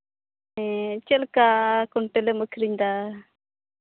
ᱦᱮᱸ ᱪᱮᱫᱞᱮᱠᱟ ᱠᱩᱭᱱᱴᱮᱹᱞᱮᱢ ᱟᱹᱠᱷᱨᱤᱧᱫᱟ